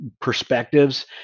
perspectives